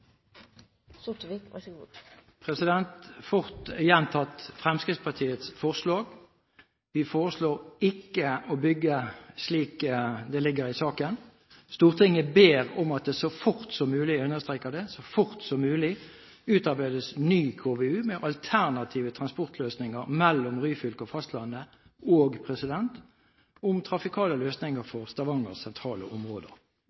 til, og så begynne å bygge. For å gjenta fort Fremskrittspartiets forslag: Vi foreslår ikke å bygge, slik saken ligger. Stortinget ber om at det så fort som mulig – jeg understreker det – utarbeides ny KVU med alternative transportløsninger mellom Ryfylke og fastlandet og om trafikale